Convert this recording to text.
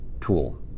tool